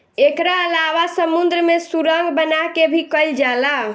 एकरा अलावा समुंद्र में सुरंग बना के भी कईल जाला